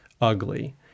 ugly